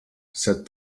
said